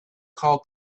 call